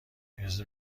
اجازه